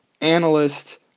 analyst